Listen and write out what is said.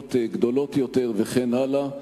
במוניות גדולות יותר וכן הלאה.